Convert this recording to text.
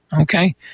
okay